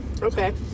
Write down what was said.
Okay